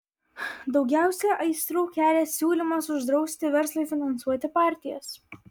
daugiausiai aistrų kelia siūlymas uždrausti verslui finansuoti partijas